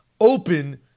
open